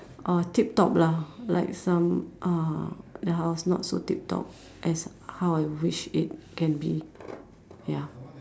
uh tip top lah like some uh the house not so tip top as how I wish it can be ya